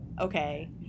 okay